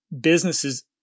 businesses